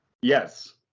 Yes